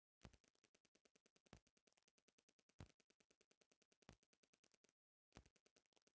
व्यग्तिगत वित्त के हिसाब न रख पावे वाला अदमी वित्तीय रूप से परेसान होखेलेन